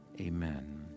amen